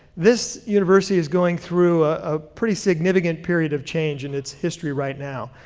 this university is going through a pretty significant period of change in its history right now.